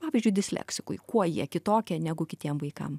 pavyzdžiui disleksikui kuo jie kitokie negu kitiem vaikam